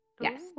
Yes